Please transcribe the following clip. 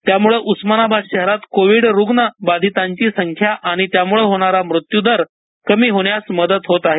त्यामुळे उस्मानाबाद शहरात कोविड रुग्ण बाधितांची संख्या आणि त्यामुळे होणारे मृत्यूचा दर कमी होण्यास मदत होत आहे